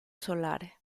solare